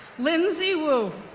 lindsey wu